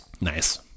Nice